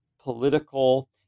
political